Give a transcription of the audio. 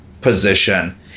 position